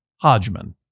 Hodgman